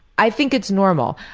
i think it's normal.